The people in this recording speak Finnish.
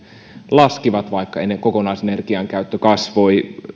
laskivat vaikka kokonais energian käyttö kasvoi